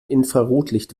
infrarotlicht